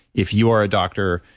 if you are a doctor,